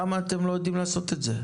למה אתם לא יודעים לעשות את זה?